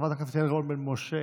חברת הכנסת יעל רון בן משה,